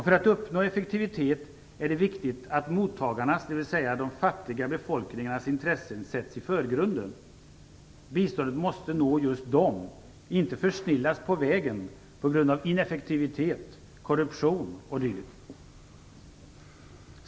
För att uppnå effektivitet är det viktigt att mottagarnas, dvs. de fattiga befolkningarnas intressen sätts i förgrunden. Biståndet måste nå just dem, inte försnillas på vägen på grund av ineffektivitet, korruption o.d.